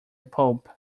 pope